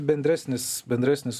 bendresnis bendresnis